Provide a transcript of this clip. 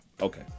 Okay